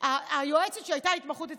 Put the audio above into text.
היועצת שהייתה בהתמחות אצלי,